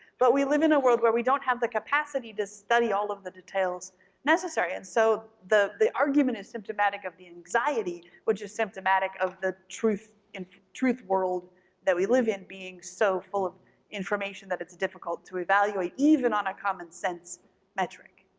but we live in a world where we don't have the capacity to study all of the details necessary. and so the the argument is symptomatic of the anxiety which is symptomatic of the truth world that we live in being so full of information that it's difficult to evaluate even on a common sense metric.